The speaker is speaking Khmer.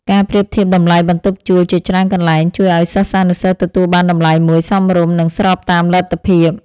ការប្រៀបធៀបតម្លៃបន្ទប់ជួលជាច្រើនកន្លែងជួយឱ្យសិស្សានុសិស្សទទួលបានតម្លៃមួយសមរម្យនិងស្របតាមលទ្ធភាព។